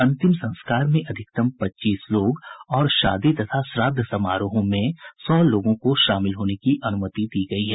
अंतिम संस्कार में अधिकतम पच्चीस लोग और शादी तथा श्राद्व समारोहों में सौ लोगों को शामिल होने की अनुमति होगी